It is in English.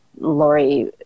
Lori